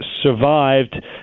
survived